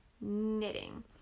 knitting